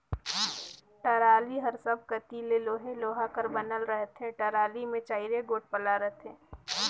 trolley हर सब कती ले लोहे लोहा कर बनल रहथे, टराली मे चाएर गोट पल्ला रहथे